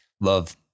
love